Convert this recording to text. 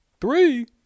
three